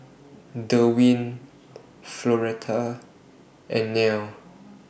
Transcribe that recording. Derwin Floretta and Nelle